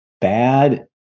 bad